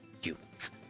humans